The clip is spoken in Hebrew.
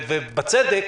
ובצדק,